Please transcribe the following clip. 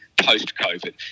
post-COVID